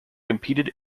competed